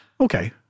Okay